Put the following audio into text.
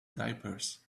diapers